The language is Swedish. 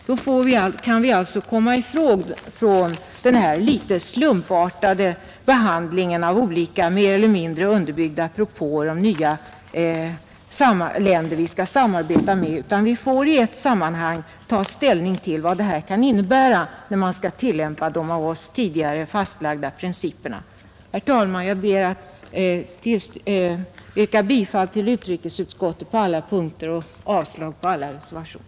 Då kan vi komma ifrån den litet slumpartade behandlingen av olika mer eller mindre underbyggda propåer om nya länder att samarbeta med, Vi får i stället i ett sammanhang ta ställning till vad detta kan innebära när man skall tillämpa de av oss tidigare fastställda principerna. Fru talman! Jag ber att få yrka bifall till utrikesutskottets betänkande på alla punkter och avslag på alla reservationer.